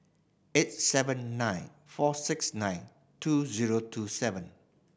eight seven nine four six nine two zero two seven